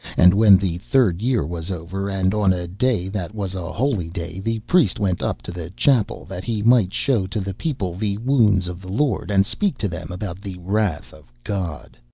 and when the third year was over, and on a day that was a holy day, the priest went up to the chapel, that he might show to the people the wounds of the lord, and speak to them about the wrath of god.